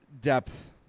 depth